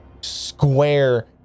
square